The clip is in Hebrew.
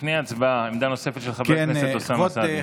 לפני הצבעה, עמדה נוספת של חבר הכנסת אוסאמה סעדי.